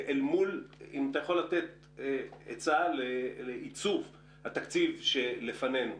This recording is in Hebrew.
האם אתה יכול לתת עצה לעיצוב התקציב שלפנינו.